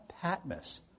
patmos